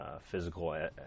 physical